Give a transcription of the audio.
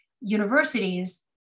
universities